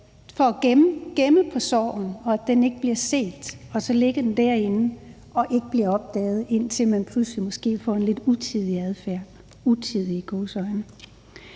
for at gemme på sorgen og ikke blive set, og så ligger den derinde og bliver ikke opdaget, indtil man pludselig måske få en lidt, i gåseøjne, utidig adfærd.